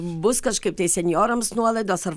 bus kažkaip tai senjorams nuolaidos ar